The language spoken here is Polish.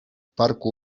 parku